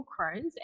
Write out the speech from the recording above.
Crohn's